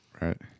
right